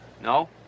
No